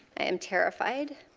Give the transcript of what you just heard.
i am terrified.